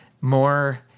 more